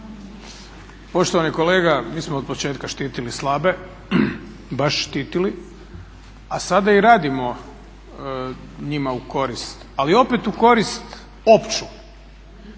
Poštovani kolega, mi smo od početka štitili slabe, baš štitili a sada i radimo njima u korist, ali opet u korist opću.